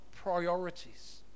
priorities